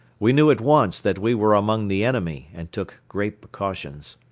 we knew at once that we were among the enemy and took great precautions.